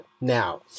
now